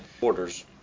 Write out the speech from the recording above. orders